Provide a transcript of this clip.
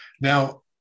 Now